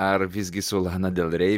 ar visgi su lana del rei